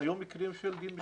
היו מקרים של דין משמעתי?